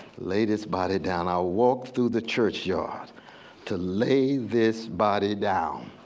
lay this body down. i walked through the church yard to lay this body down.